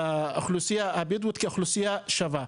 באוכלוסייה הבדואית כאוכלוסייה שווה.